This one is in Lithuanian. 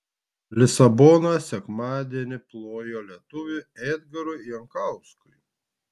lisabona sekmadienį plojo lietuviui edgarui jankauskui